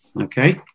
Okay